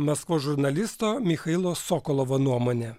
maskvos žurnalisto michailo sokolovo nuomonė